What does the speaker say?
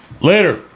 Later